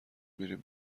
میریم